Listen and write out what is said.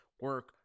Work